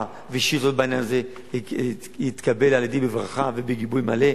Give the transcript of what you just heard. ושאילתות בעניין הזה יתקבלו על-ידי בברכה ובגיבוי מלא.